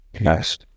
Yes